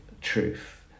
truth